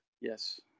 Yes